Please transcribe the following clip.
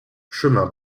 chemin